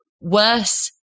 worse